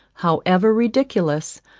however ridiculous,